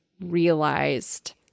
realized